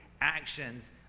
actions